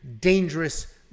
dangerous